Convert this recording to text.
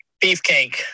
beefcake